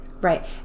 Right